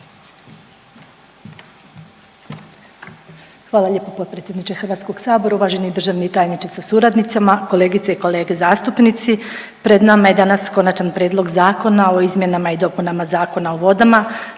Hvala lijepo potpredsjedniče HS, uvaženi državni tajniče sa suradnicama, kolegice i kolege zastupnici. Pred nama je danas Konačan prijedlog Zakona o izmjenama i dopunama Zakona o vodama